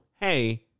hey